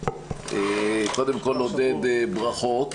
קודם כל, עודד, ברכות.